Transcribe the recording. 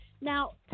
Now